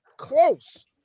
close